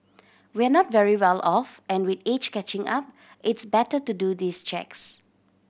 we're not very well off and with age catching up it's better to do these checks